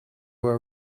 were